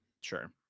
Sure